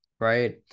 right